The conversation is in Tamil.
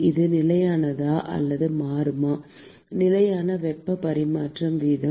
அது நிலையானதா அல்லது மாறுமா நிலையான வெப்ப பரிமாற்ற வீதம்